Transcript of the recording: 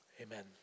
Amen